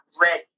ready